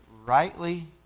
rightly